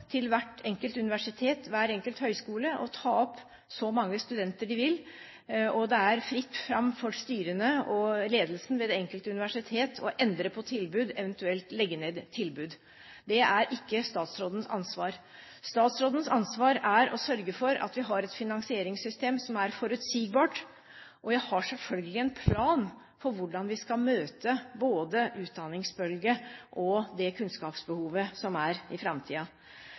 til hvert enkelt universitet og hver enkelt høyskole å ta opp så mange studenter de vil, og det er fritt fram for styrene og ledelsen ved det enkelte universitet når det gjelder å endre på tilbud, eventuelt legge ned tilbud. Det er ikke statsrådens ansvar. Statsrådens ansvar er å sørge for at vi har et finansieringssystem som er forutsigbart, og jeg har selvfølgelig en plan for hvordan vi skal møte både utdanningsbølge og det kunnskapsbehovet som er i